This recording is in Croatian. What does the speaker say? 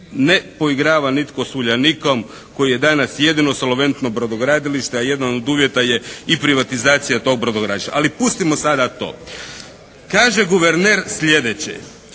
ne poigrava nitko sa Uljanikom koji je danas jedino solventno brodogradilište, a jedno od uvjeta je i privatizacija tog brodogradilišta. Ali pustimo sada to. Kaže guverner sljedeće: